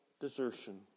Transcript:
desertion